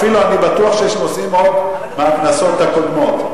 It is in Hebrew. אפילו אני בטוח שיש נושאים עוד מהכנסות הקודמות.